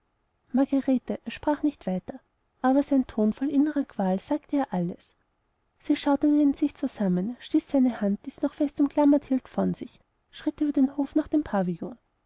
margarete er sprach nicht weiter aber sein ton voll innerer qual sagte ihr alles sie schauderte in sich zusammen stieß seine hand die sie noch fest umklammert hielt von sich und schritt über den hof nach dem pavillon